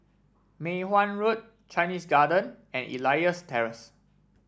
Mei Hwan Road Chinese Garden and Elias Terrace